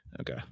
Okay